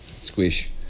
Squish